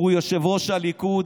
הוא יושב-ראש הליכוד.